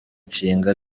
nshinga